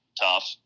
tough